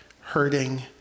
hurting